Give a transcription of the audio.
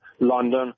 London